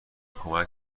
کمک